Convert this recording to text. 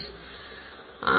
மாணவர் 0 சரி